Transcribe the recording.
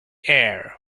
air